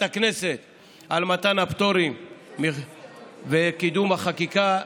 הכנסת על מתן הפטורים וקידום החקיקה,